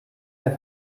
der